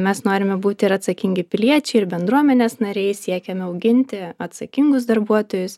mes norime būti ir atsakingi piliečiai ir bendruomenės nariai siekiame auginti atsakingus darbuotojus